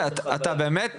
אתה באמת